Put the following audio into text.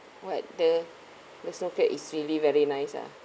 what the the snow crab is really very nice ah